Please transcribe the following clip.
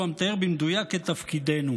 הוא המתאר במדויק את תפקידנו,